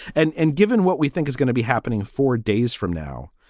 and and given what we think is going to be happening four days from now.